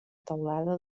teulada